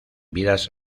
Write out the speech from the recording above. vidas